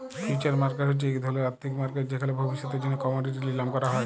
future market হছে ইক ধরলের আথ্থিক মার্কেট যেখালে ভবিষ্যতের জ্যনহে কমডিটি লিলাম ক্যরা হ্যয়